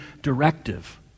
directive